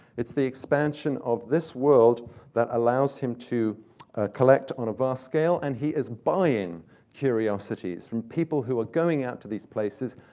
it's the expansion of this world that allows him to collect on a vast scale. and he is buying curiosities from people who are going out to these places,